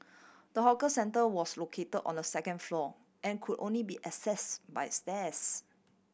the hawker centre was located on the second floor and could only be accessed by stairs